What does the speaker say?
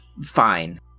Fine